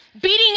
beating